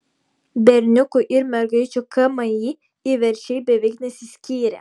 berniukų ir mergaičių kmi įverčiai beveik nesiskyrė